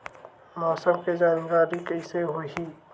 मौसम के जानकारी कइसे होही?